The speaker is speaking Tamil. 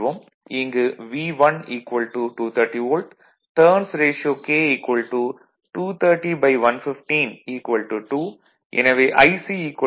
இங்கு V1 230 volt turns ratio K 230115 2